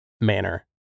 manner